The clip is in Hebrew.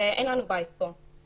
ואין לנו בית פה.